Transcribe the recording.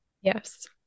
yes